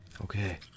Okay